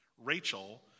Rachel